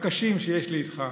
הקשים שיש לי איתך,